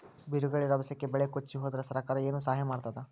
ಬಿರುಗಾಳಿ ರಭಸಕ್ಕೆ ಬೆಳೆ ಕೊಚ್ಚಿಹೋದರ ಸರಕಾರ ಏನು ಸಹಾಯ ಮಾಡತ್ತದ?